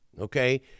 okay